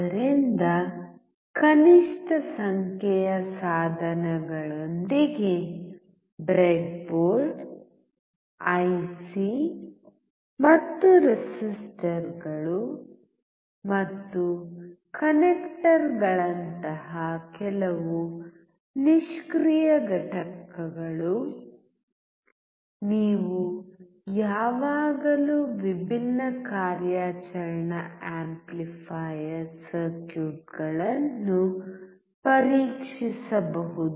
ಆದ್ದರಿಂದ ಕನಿಷ್ಠ ಸಂಖ್ಯೆಯ ಸಾಧನಗಳೊಂದಿಗೆ ಬ್ರೆಡ್ಬೋರ್ಡ್ ಐಸಿ ಮತ್ತು ರೆಸಿಸ್ಟರ್ಗಳು ಮತ್ತು ಕನೆಕ್ಟರ್ಗಳಂತಹ ಕೆಲವು ನಿಷ್ಕ್ರಿಯ ಘಟಕಗಳು ನೀವು ಯಾವಾಗಲೂ ವಿಭಿನ್ನ ಕಾರ್ಯಾಚರಣಾ ಆಂಪ್ಲಿಫಯರ್ ಸರ್ಕ್ಯೂಟ್ಗಳನ್ನು ಪರೀಕ್ಷಿಸಬಹುದು